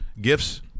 gifts